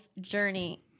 journey